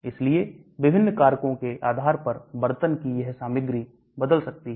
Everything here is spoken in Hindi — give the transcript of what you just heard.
इसलिए विभिन्न कारकों के आधार पर बर्तन की यह सामग्री बदल सकती है